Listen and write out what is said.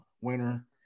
Winner